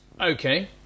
Okay